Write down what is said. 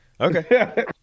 Okay